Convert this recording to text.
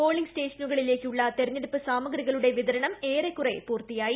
polling സ്റ്റേഷനുകളിലേക്കുള്ള തെരഞ്ഞെടുപ്പ് സാമഗ്രികളുടെ വിതരണം ഏറെക്കുറെ പൂർത്തിയായി